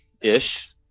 Ish